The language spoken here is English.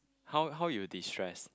how how you destress